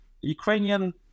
ukrainian